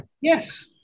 Yes